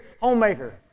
homemaker